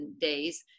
days